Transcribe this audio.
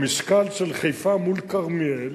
במשקל של חיפה מול כרמיאל,